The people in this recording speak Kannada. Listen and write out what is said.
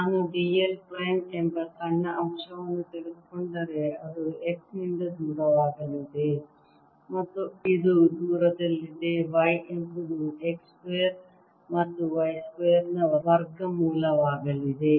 ನಾನು d l ಪ್ರೈಮ್ ಎಂಬ ಸಣ್ಣ ಅಂಶವನ್ನು ತೆಗೆದುಕೊಂಡರೆ ಅದು x ನಿಂದ ದೂರವಾಗಲಿದೆ ಮತ್ತು ಇದು ದೂರದಲ್ಲಿದೆ y ಎಂಬುದು x ಸ್ಕ್ವೇರ್ ಮತ್ತು y ಸ್ಕ್ವೇರ್ ನ ವರ್ಗಮೂಲವಾಗಲಿದೆ